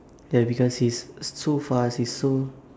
ya because he's so fast he's so